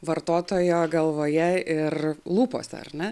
vartotojo galvoje ir lūpose ar ne